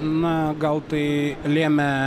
na gal tai lėmė